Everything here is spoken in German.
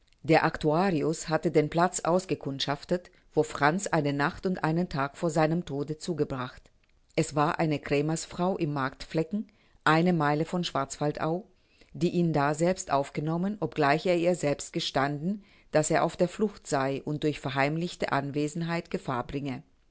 der actuarius hatte den platz ausgekundschaftet wo franz eine nacht und einen tag vor seinem tode zugebracht es war eine krämersfrau im marktflecken eine meile von schwarzwaldau die ihn daselbst aufgenommen obgleich er ihr selbst gestanden daß er auf der flucht sei und durch verheimlichte anwesenheit gefahr bringe